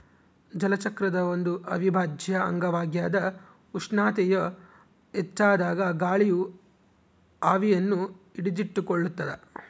ಜಲಚಕ್ರದ ಒಂದು ಅವಿಭಾಜ್ಯ ಅಂಗವಾಗ್ಯದ ಉಷ್ಣತೆಯು ಹೆಚ್ಚಾದಾಗ ಗಾಳಿಯು ಆವಿಯನ್ನು ಹಿಡಿದಿಟ್ಟುಕೊಳ್ಳುತ್ತದ